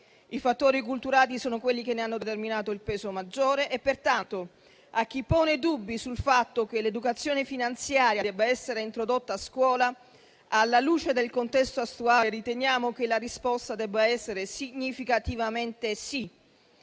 I fattori culturali sono quelli che ne hanno determinato il peso maggiore e pertanto, a chi pone dubbi sul fatto che l'educazione finanziaria debba essere introdotta a scuola alla luce del contesto attuale, riteniamo che la risposta debba essere significativamente «sì».